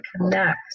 connect